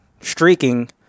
streaking